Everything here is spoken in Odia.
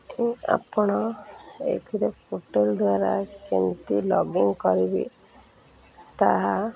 ଆପଣ ଏଥିରେ ପୋର୍ଟାଲ୍ ଦ୍ୱାରା କେମିତି ଲଗ୍ଇନ୍ କରିବେ ତାହା